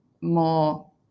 more